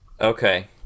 Okay